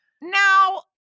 Now